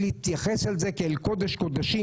להתייחס אל זה כאל קודש קודשים.